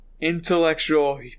intellectual